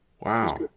Wow